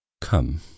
Come